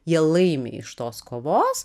jie laimi iš tos kovos